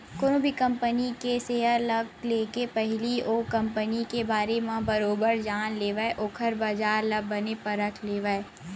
कोनो भी कंपनी के सेयर ल लेके पहिली ओ कंपनी के बारे म बरोबर जान लेवय ओखर बजार ल बने परख लेवय